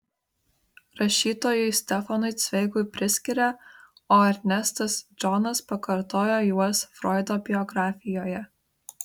rašytojui stefanui cveigui priskiria o ernestas džonas pakartojo juos froido biografijoje